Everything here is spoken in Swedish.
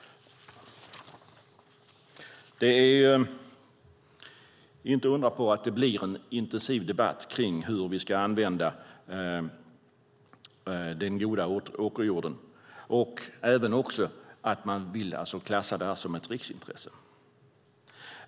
Det är inte att undra på att det blir en intensiv debatt kring hur vi ska använda den goda åkerjorden och att man vill klassa den som ett riksintresse.